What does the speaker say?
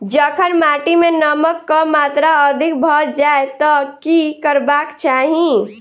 जखन माटि मे नमक कऽ मात्रा अधिक भऽ जाय तऽ की करबाक चाहि?